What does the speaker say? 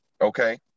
Okay